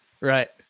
Right